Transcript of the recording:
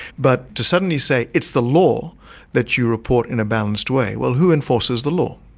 but to suddenly say it's the law that you report in a balanced way, well, who enforces the law?